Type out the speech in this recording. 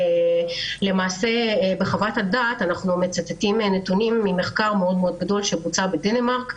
למעשה בחוות הדעת אנחנו מצטטים נתונים ממחקר מאוד גדול שבוצע בדנמרק,